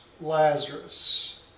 Lazarus